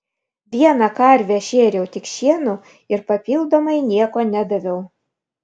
vieną karvę šėriau tik šienu ir papildomai nieko nedaviau